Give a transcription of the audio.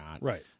Right